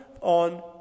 on